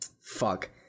Fuck